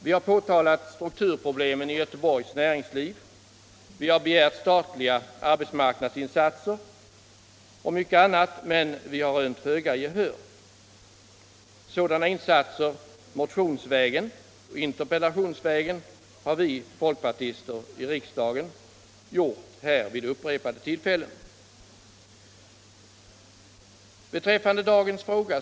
Vi har påtalat strukturproblemen i Göteborgs näringsliv, vi har begärt statliga arbetsmarknadsinsatser och mycket annat. Sådana insatser motionsvägen och interpellationsvägen har vi folkpartister i riksdagen gjort vid upprepade tillfällen, men vi har vunnit föga gehör.